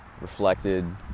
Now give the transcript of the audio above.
reflected